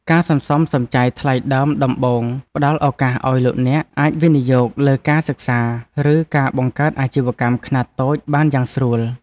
ការសន្សំសំចៃថ្លៃដើមដំបូងផ្ដល់ឱកាសឱ្យលោកអ្នកអាចវិនិយោគលើការសិក្សាឬការបង្កើតអាជីវកម្មខ្នាតតូចបានយ៉ាងស្រួល។